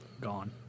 gone